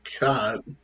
God